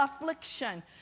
affliction